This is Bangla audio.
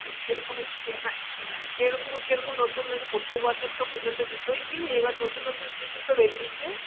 কী রকম কী হ্যাঁ হ্যাঁ কী রকম কী রকম নতুন প্রত্যেক বছর তো পুজোতে জুতোই কিনি এবার নতুন নতুন কী জুতো বেরিয়েছে